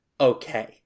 okay